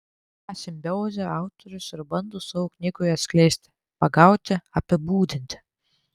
tą simbiozę autorius ir bando savo knygoje atskleisti pagauti apibūdinti